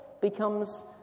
becomes